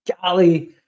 golly